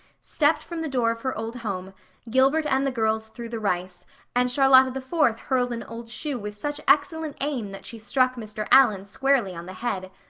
stepped from the door of her old home gilbert and the girls threw the rice and charlotta the fourth hurled an old shoe with such excellent aim that she struck mr. allan squarely on the head.